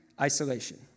isolation